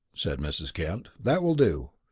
said mrs. kent, that will do.